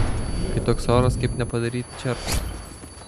kai toks oras kaip nepadaryti čierkos